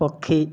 ପକ୍ଷୀ